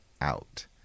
out